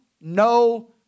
no